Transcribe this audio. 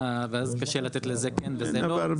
קשה לתת לזה ולאחר לא.